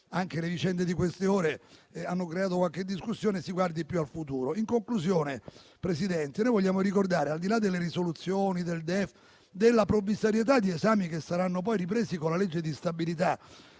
anche le vicende di queste ore hanno creato qualche discussione, si guardi più al futuro. In conclusione, signor Presidente, noi vogliamo ricordare, al di là delle proposte di risoluzioni, del DEF e della provvisorietà di esami che saranno poi ripresi con la legge di stabilità